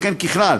שכן ככלל,